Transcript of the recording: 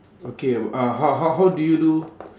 okay uh how how how do you do